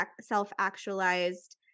self-actualized